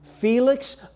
Felix